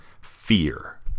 Fear